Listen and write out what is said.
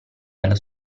dallo